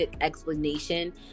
explanation